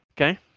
Okay